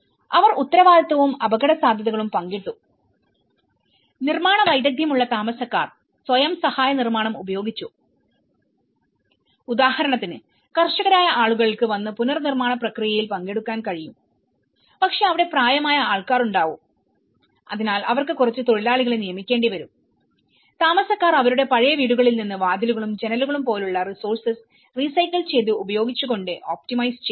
അവർ ഉത്തരവാദിത്തവും അപകടസാധ്യതകളും പങ്കിട്ടു നിർമ്മാണ വൈദഗ്ദ്ധ്യമുള്ള താമസക്കാർ സ്വയം സഹായ നിർമ്മാണം ഉപയോഗിച്ചു ഉദാഹരണത്തിന് കർഷകരായ ആളുകൾക്ക് വന്ന് പുനർനിർമ്മാണ പ്രക്രിയയിൽ പങ്കെടുക്കാൻ കഴിയും പക്ഷേ അവിടെ പ്രായമായ ആൾക്കാർ ഉണ്ടാവും അതിനാൽ അവർക്ക് കുറച്ച് തൊഴിലാളികളെ നിയമിക്കേണ്ടി വരും താമസക്കാർ അവരുടെ പഴയ വീടുകളിൽ നിന്ന് വാതിലുകളും ജനലുകളും പോലുള്ള റിസോഴ്സസ് റീസൈക്കിൾ ചെയ്ത് ഉപയോഗിച്ചുകൊണ്ട് ഒപ്ടിമൈസ് ചെയ്തു